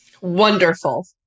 Wonderful